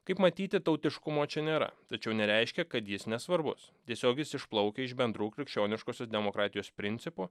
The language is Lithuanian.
kaip matyti tautiškumo čia nėra tačiau nereiškia kad jis nesvarbus tiesiog jis išplaukia iš bendrų krikščioniškosios demokratijos principų